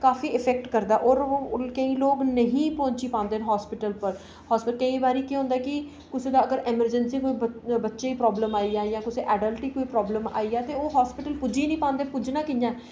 होर उं'दे पर काफी इफैक्ट पांदा होर केईं लोक नेईं पुज्जी सकदे हॉस्पिटल केईं बारी केह् होंदा की अगर कुसै दे बच्चे गी प्रॉब्लम आई जाये जां कुसै एडल्ट गी प्रॉब्लम आई जा तां ओह् पुज्जी निं पांदे ओह् पुज्जना कि'यां